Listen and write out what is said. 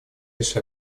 лишь